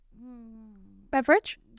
Beverage